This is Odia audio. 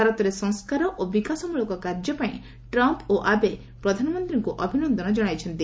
ଭାରତରେ ସଂସ୍କାର ଓ ବିକାଶମୂଳକ କାର୍ଯ୍ୟ ପାଇଁ ଟ୍ରମ୍ପ୍ ଓ ଆବେ ପ୍ରଧାନମନ୍ତ୍ରୀଙ୍କୁ ଅଭିନନ୍ଦନ କଣାଇଛନ୍ତି